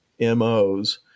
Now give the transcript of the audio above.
mOs